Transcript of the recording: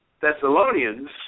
Thessalonians